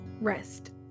rest